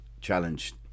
challenge